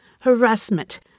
harassment